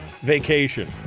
vacation